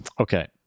okay